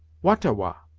wah-ta-wah.